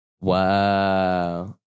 Wow